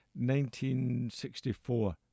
1964